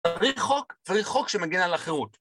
צריך חוק, צריך חוק שמגן על החירות.